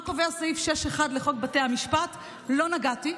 מה קובע סעיף 6(1) לחוק בתי המשפט, לא נגעתי: